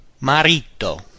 Marito